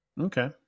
Okay